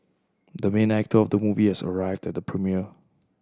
the main actor of the movie has arrived at the premiere